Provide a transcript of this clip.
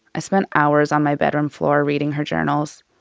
i spent hours on my bedroom floor reading her journals.